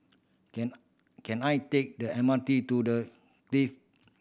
can can I take the M R T to The Clift